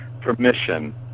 permission